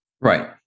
Right